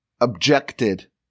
objected